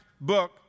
book